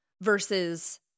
versus